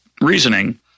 reasoning